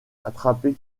attrapé